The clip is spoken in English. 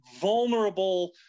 vulnerable